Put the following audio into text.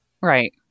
Right